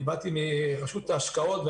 באתי מרשות ההשקעות,